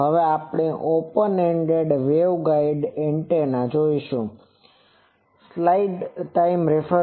હવે આપણે એક open ended waveguide antenna Ended Waveguide Antenna